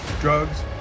drugs